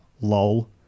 lol